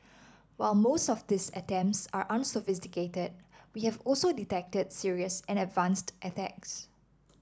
while most of these attempts are unsophisticated we have also detected serious and advanced attacks